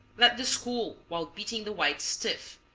let this cool while beating the whites stiff,